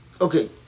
Okay